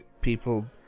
people